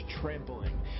trampling